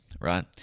Right